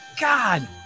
God